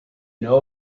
know